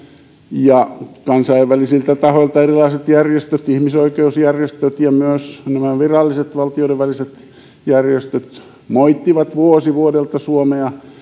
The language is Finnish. ja kansainvälisiltä tahoilta erilaiset järjestöt ihmisoikeusjärjestöt ja myös viralliset valtioiden väliset järjestöt moittivat vuosi vuodelta suomea